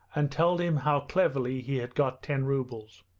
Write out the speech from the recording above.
and told him how cleverly he had got ten rubles.